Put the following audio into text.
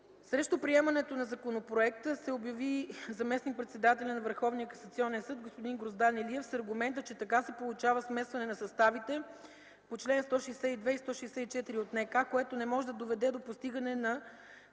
Срещу приемането на законопроекта се обяви заместник-председателят на Върховния касационен съд господин Гроздан Илиев с аргумента, че така се получава смесване на съставите по чл. 162 и чл. 164 от НК, което не може да доведе до постигане на